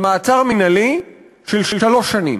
מעצר מינהלי של שלוש שנים.